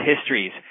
histories